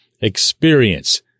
experience